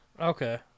Okay